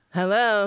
Hello